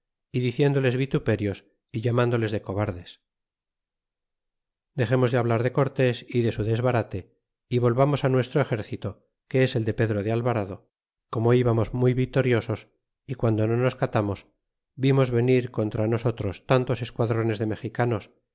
y diciéndoles vituperios y llamándoles de cobardes dexemos de hablar de cortés y de su desbarate y volvamos á nuestro exercito que es el de pedro de alvarado como íbamos muy vitoriosos y guando no nos catamos vimos venir contra nosotros tantos esquadrones de mexicanos